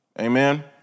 amen